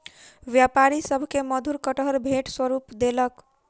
व्यापारी सभ के मधुर कटहर भेंट स्वरूप देलक